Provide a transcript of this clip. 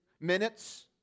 Minutes